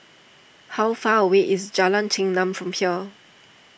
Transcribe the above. how far away is Jalan Chengam from here